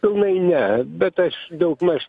pilnai ne bet aš daugmaž